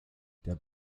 der